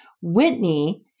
Whitney